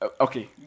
Okay